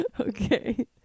okay